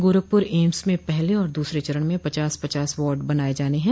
गोरखपुर एम्स में पहले और दूसरे चरण में पचास पचास वार्ड बनाये जाने हैं